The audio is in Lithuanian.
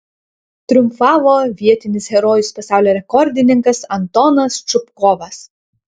triumfavo vietinis herojus pasaulio rekordininkas antonas čupkovas